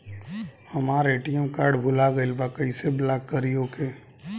हमार ATM card भूला गईल बा कईसे ब्लॉक करी ओके?